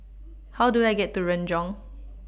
How Do I get to Renjong